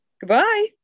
Goodbye